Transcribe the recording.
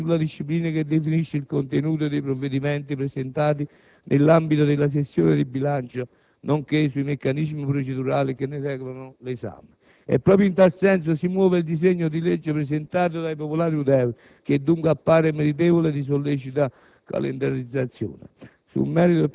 di intervenire sulla disciplina che definisce il contenuto dei provvedimenti presentati nell'ambito della sessione di bilancio, nonché sui meccanismi procedurali che ne regolano l'esame. Proprio in tal senso si muove il disegno di legge presentato dal Gruppo dei Popolari-Udeur, che dunque appare meritevole di sollecita calendarizzazione.